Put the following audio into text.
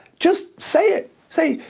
just say it, say,